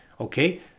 okay